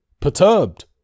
perturbed